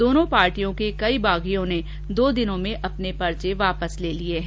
दोनों पार्टियों के कई बागियों ने दो दिनों में अपने पर्चे वापस ले लिए हैं